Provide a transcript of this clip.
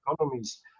economies